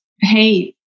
hey